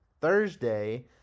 Thursday